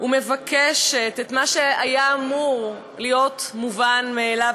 ומבקשת את מה שהיה אמור להיות מובן מאליו,